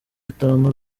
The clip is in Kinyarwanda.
itanu